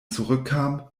zurückkam